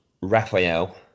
Raphael